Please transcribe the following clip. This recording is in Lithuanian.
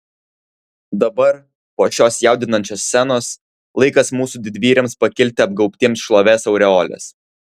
dabar po šios jaudinančios scenos laikas mūsų didvyriams pakilti apgaubtiems šlovės aureolės